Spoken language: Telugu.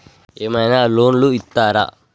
ఏమైనా లోన్లు ఇత్తరా?